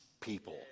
people